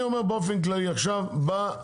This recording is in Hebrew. זה אם ייפגעו בדיוק אותם מגדלים או אלו שלא באינטגרציות.